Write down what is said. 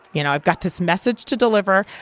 you know, i've got this message to deliver.